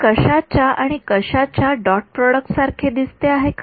हे कशाच्या आणि कशाच्या डॉट प्रोडक्ट सारखे दिसत आहे का